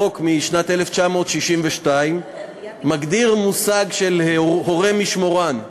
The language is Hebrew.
החוק מ-1962 מגדיר מושג של "הורה משמורן",